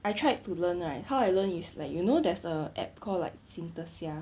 I tried to learn right how I learn is like you know there's a app call like synthesia